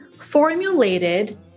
formulated